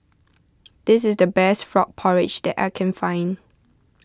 this is the best Frog Porridge that I can find